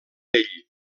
ell